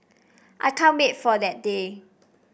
I can't wait for that day